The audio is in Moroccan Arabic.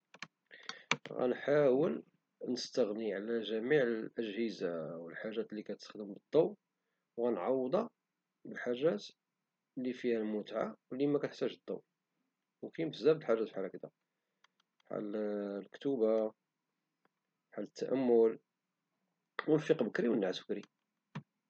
غنحاول نستغني على جميع الاجهزة والحاجات اللي كتخدم بالضو وغنعوضها اللي فيها المتعة واللي مكتحتاج الضو او كاين بزاف د الحاجات خرين بحال الكتوبة بحال التأمل او نفيق بكري ونعس بكري